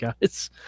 guys